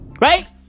Right